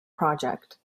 project